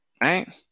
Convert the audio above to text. Right